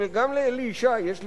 גם לאלי ישי יש לפעמים,